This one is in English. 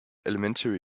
elementary